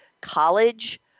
College